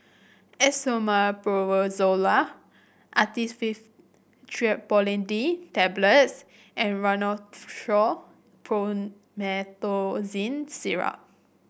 Esomeprazole Actifed Triprolidine Tablets and Rhinathiol Promethazine Syrup